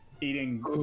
eating